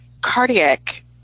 cardiac